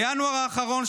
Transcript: בינואר האחרון,